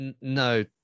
No